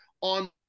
on